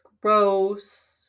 gross